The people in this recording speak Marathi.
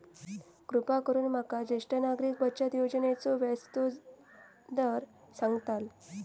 कृपा करून माका ज्येष्ठ नागरिक बचत योजनेचो व्याजचो दर सांगताल